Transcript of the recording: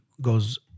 goes